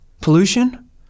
Pollution